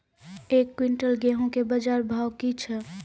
एक क्विंटल गेहूँ के बाजार भाव की छ?